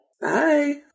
Bye